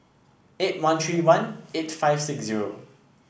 eight one three one eight five six zero